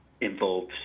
involves